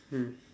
mm